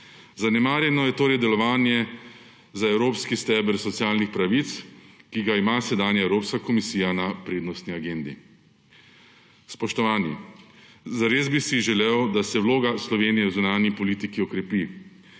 Zanemarjeno je torej delovanje za evropski steber socialnih pravic, ki ga ima sedanja Evropska komisija na prednostni agendi. Spoštovani, zares bi si želel, da se vloga Slovenije v zunanji politiki okrepi,